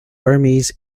burmese